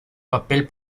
papel